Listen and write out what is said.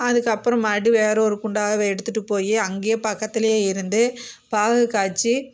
அதுக்கப்பறம் மறுடியும் வேறே ஒரு குண்டாவை எடுத்துகிட்டு போய் அங்கே பக்கத்தில் இருந்து பாகு காய்ச்சி